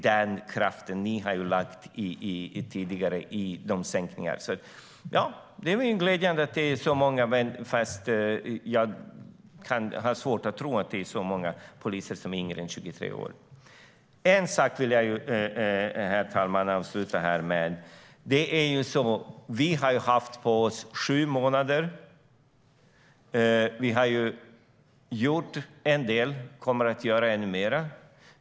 Det är det ni har lagt kraft på med den sänkningen. Det är glädjande att det är så många poliser som är yngre än 23 år, men jag har svårt att tro det. Herr talman! Jag vill avsluta med att säga att vi har haft sju månader på oss. Vi har gjort en del och kommer att göra ännu mer.